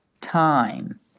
time